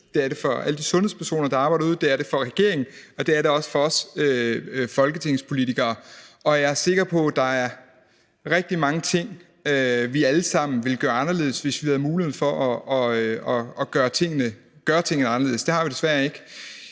det er det for alle de sundhedspersoner, der arbejder derude, det er det for regeringen, og det er det også for os folketingsmedlemmer. Jeg er sikker på, at der er rigtig mange ting, vi alle sammen ville gøre anderledes, hvis vi havde mulighed for at gøre tingene anderledes. Det har vi desværre ikke.